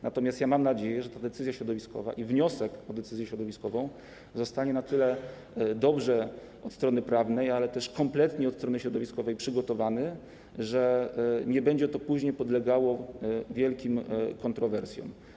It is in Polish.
Natomiast mam nadzieję, że ta decyzja środowiskowa i wniosek o decyzję środowiskową zostaną na tyle dobrze przygotowane od strony prawnej, ale też kompletnie od strony środowiskowej, że nie będzie to później podlegało wielkim kontrowersjom.